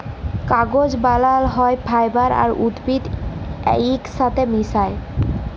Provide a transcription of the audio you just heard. কাগজ বালাল হ্যয় ফাইবার আর উদ্ভিদ ইকসাথে মিশায়